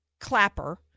Clapper